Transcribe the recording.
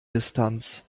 distanz